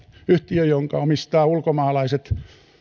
yhtiö jonka omistavat ulkomaalaiset